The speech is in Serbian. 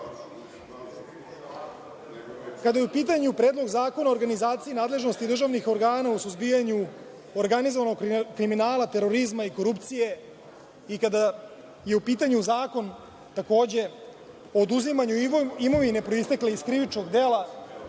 redu. Kada je u pitanju Predlog zakona o organizaciji nadležnosti državnih organa u suzbijanju organizovanog kriminala, terorizma i korupcije i kada je u pitanju Zakon o oduzimanju imovine proistekle iz krivičnog dela,